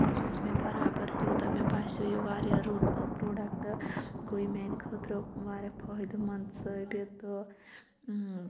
اتھ مَنٛز اوس مےٚ بَرابَر تیوٗتاہ مےٚ باسیٚو یہِ واریاہ رُت پروڈَکٹ گوٚو یہِ میانہِ خٲطرٕ واریاہ پھٲہدٕ مَنٛد ثٲبِت تہٕ